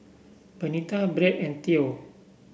Benita Bret and Theo